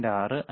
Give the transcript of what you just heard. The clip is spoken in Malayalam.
6 5